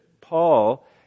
Paul